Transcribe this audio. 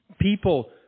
People